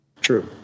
True